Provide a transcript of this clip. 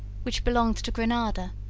which belonged to grenada,